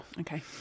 Okay